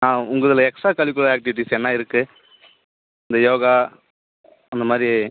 நான் உங்கள் இதில் எக்ஸ்ட்ரா கரிக்குலர் ஆக்டிவிட்டீஸ் என்ன இருக்குது இந்த யோகா அந்த மாதிரி